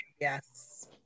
yes